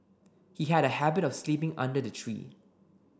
he had a habit of sleeping under the tree